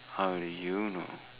how do you know